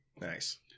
Nice